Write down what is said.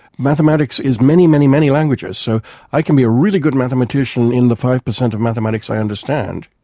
mathematics is many, many many languages. so i can be a really good mathematician in the five percent of mathematics i understand,